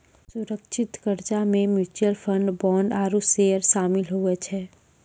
सुरक्षित कर्जा मे म्यूच्यूअल फंड, बोंड आरू सेयर सामिल हुवै छै